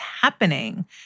happening